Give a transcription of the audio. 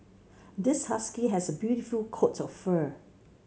this husky has a beautiful coat of fur